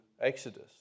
Exodus